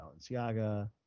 Balenciaga